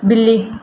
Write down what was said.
ਬਿੱਲੀ